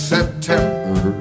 September